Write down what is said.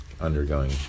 undergoing